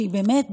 שהיא באמת,